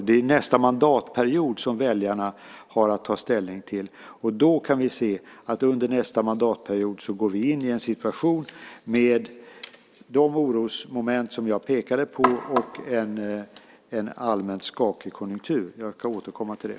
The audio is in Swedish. Det är nästa mandatperiod som väljarna har att ta ställning till, och vi kan se att under nästa mandatperiod går vi in i en situation med de orosmoment som jag pekade på och en allmänt skakig konjunktur. Jag ska återkomma till det.